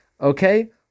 Okay